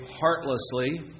heartlessly